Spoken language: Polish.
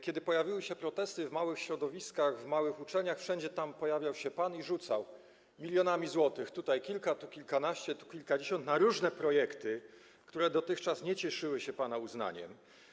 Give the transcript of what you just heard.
Kiedy pojawiły się protesty w małych środowiskach, w małych uczelniach, wszędzie tam pojawiał się pan i rzucał milionami złotych - tutaj kilka, tu kilkanaście, tu kilkadziesiąt - na różne projekty, które dotychczas nie cieszyły się pana uznaniem.